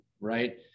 right